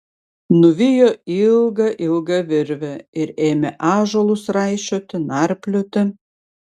nuvijo ilgą ilgą virvę ir ėmė ąžuolus raišioti narplioti